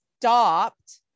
stopped